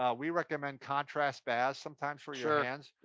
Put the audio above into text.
ah we recommend contrast baths, sometimes, for your hands.